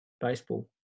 baseball